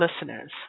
listeners